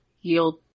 yield